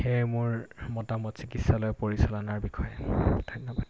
সেয়ে মোৰ মতামত চিকিৎসালয় পৰিচালনাৰ বিষয়ে ধন্যবাদ